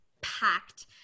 packed